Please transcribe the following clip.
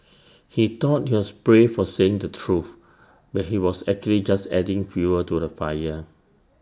he thought he was brave for saying the truth but he was actually just adding fuel to the fire